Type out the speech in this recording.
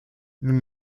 nous